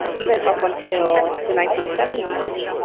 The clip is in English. even up until the nineteen seventy s,